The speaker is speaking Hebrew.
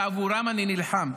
ועבורם אני נלחם.